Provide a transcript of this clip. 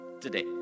today